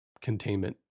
containment